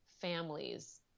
families